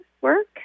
work